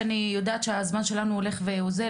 אני יודעת שהזמן שלנו הולך ואוזל,